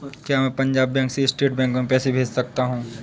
क्या मैं पंजाब बैंक से स्टेट बैंक में पैसे भेज सकता हूँ?